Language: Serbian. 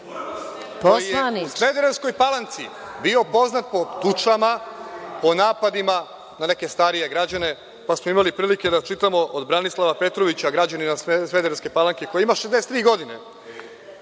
koji je u Smederevskoj Palanci bio je poznat po tučama, po napadima na neke starije građane, pa smo imali prilike da čitamo od Branislava Petrovića, građanina Smederevske Palanke, koji ima 63 godine,